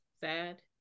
sad